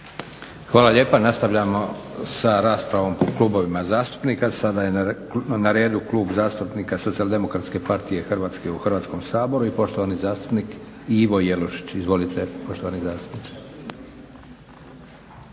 Hvala lijepa. Nastavljamo sa raspravom po klubovima zastupnika. Sada je na redu Klub zastupnika SDP-a Hrvatske u Hrvatskom saboru i poštovani zastupnik Ivo Jelušić. Izvolite poštovani zastupniče.